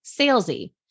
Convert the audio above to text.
salesy